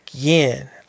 again